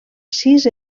sis